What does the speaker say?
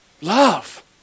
Love